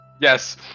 Yes